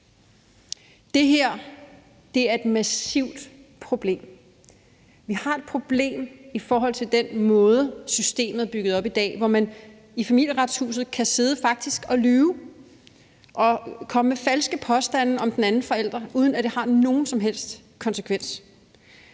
Det her er et massivt problem. Vi har et problem i forhold til den måde, systemet er bygget op på i dag, hvor man i Familieretshuset kan sidde og faktisk lyve og komme med falske påstande om den anden forælder, uden at det har nogen som helst konsekvens.